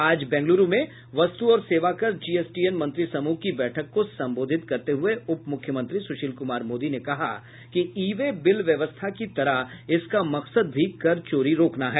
आज बेंगलुरू में वस्तु और सेवा कर जीएसटीएन मंत्री समूह की बैठक को संबोधित करते हुये उपमुख्यमंत्री सुशील कुमार मोदी ने कहा कि ई वे बिल व्यवस्था की तरह इसका मकसद भी कर चोरी रोकना है